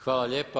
Hvala lijepa.